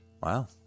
Wow